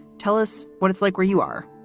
tell us what it's like where you are.